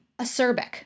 acerbic